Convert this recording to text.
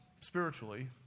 spiritually